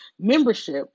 membership